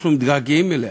אנחנו מתגעגעים אליה.